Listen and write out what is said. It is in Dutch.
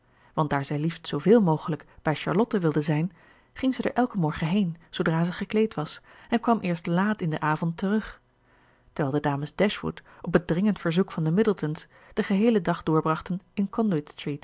want daar zij liefst zooveel mogelijk bij charlotte wilde zijn ging zij daar elken morgen heen zoodra zij gekleed was en kwam eerst laat in den avond terug terwijl de dames dashwood op het dringend verzoek van de middletons den geheelen dag doorbrachten in